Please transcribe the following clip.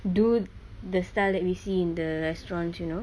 do the style that we see in the restaurants you know